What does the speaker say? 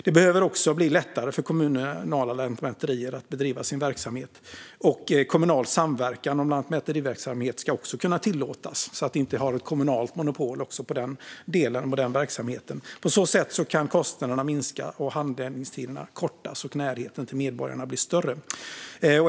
Det behöver också bli lättare för kommunala lantmäterier att bedriva sin verksamhet. Kommunal samverkan om lantmäteriverksamhet ska också tillåtas, så att vi inte har ett kommunalt monopol i den verksamheten. På så sätt kan kostnaderna minska, handläggningstiderna kortas och närheten till medborgarna bli större.